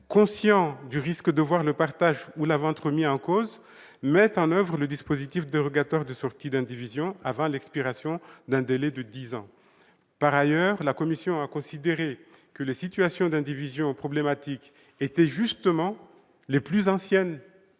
conscients du risque de voir le partage ou la vente remis en cause, mettent en oeuvre le dispositif dérogatoire de sortie d'indivision avant l'expiration d'un délai de dix ans. Par ailleurs, la commission a considéré que les situations d'indivision problématiques étaient justement les plus anciennes,